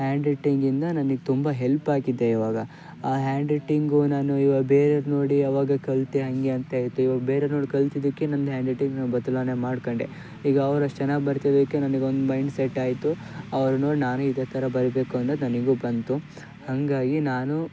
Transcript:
ಹ್ಯಾಂಡ್ರೈಟಿಂಗಿಂದ ನನಿಗೆ ತುಂಬ ಹೆಲ್ಪ್ ಆಗಿದೆ ಇವಾಗ ಆ ಹ್ಯಾಂಡ್ರೈಟಿಂಗು ನಾನು ಇವಾಗ ಬೇರೆದು ನೋಡಿ ಆವಾಗ ಕಲಿತೆ ಹಾಗೆ ಅಂತ ಆಯಿತು ಇವಾಗ ಬೇರೆವ್ರು ನೋಡಿ ಕಲ್ತಿದ್ದಕ್ಕೆ ನಂದು ಹ್ಯಾಂಡ್ರೈಟಿಂಗನ್ನ ಬದ್ಲಾವಣೆ ಮಾಡ್ಕೊಂಡೆ ಈಗ ಅವ್ರಷ್ಟು ಚೆನ್ನಾಗಿ ಬರ್ದಿದ್ದಕ್ಕೆ ನನಿಗೊಂದು ಮೈಂಡ್ ಸೆಟ್ ಆಯಿತು ಅವ್ರು ನೋಡಿ ನಾನು ಇದೇ ಥರ ಬರಿಬೇಕು ಅನ್ನೋದು ನನಗೂ ಬಂತು ಹಾಗಾಗಿ ನಾನು